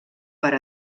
per